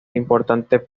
importante